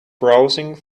browsing